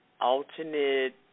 alternate